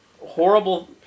horrible